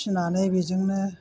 फिनानै बेजोंनो